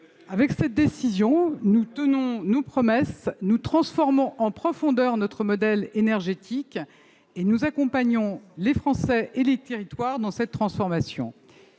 Avec cette décision, nous tenons nos promesses. Nous transformons en profondeur notre modèle énergétique et nous accompagnons les Français et les territoires dans cette transformation.